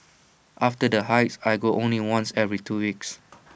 after the hikes I go only once every two weeks